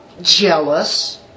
jealous